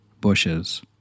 bushes